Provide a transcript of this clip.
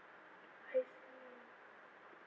I see